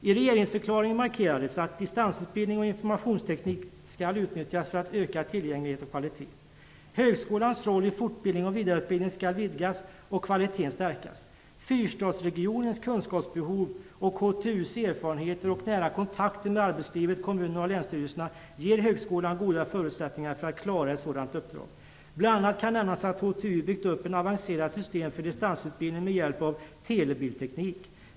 I regeringsförklaringen markerades att distansutbildning och informationsteknik skall utnyttjas för att öka tillgänglighet och kvalitet. Högskolans roll för fortbildning och vidareutbildning skall vidgas och kvaliteten stärkas. Fyrstadsregionens kunskapsbehov och HTU:s, Högskolan Trollhättan Uddevalla, erfarenheter och nära kontakter med arbetslivet, kommunerna och länsstyrelserna ger högskolan goda förutsättningar att klara ett sådant uppdrag. Bl.a. kan nämnas att HTU byggt upp ett avancerat system för distansutbildning med hjälp av telebildteknik.